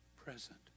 Present